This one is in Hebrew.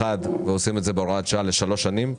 ועושים את זה בהוראת שעה לשלוש שנים,